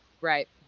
Right